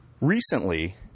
Recently